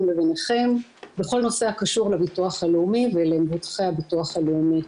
לבינכם בכל הנושא הקשור לביטוח הלאומי ולמבוטחי הביטוח הלאומי.